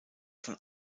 von